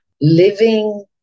Living